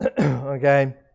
okay